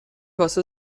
واسه